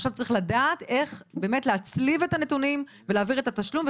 ועכשיו צריך לדעת איך להצליב את הנתונים ולהעביר את התשלום.